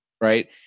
Right